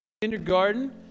Kindergarten